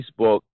Facebook